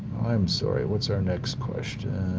i'm sorry. what's our next question? oh,